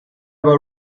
were